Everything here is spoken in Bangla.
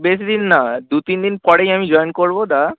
বেশি দিন না দু তিন দিন পরেই আমি জয়েন করব দা